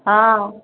हँ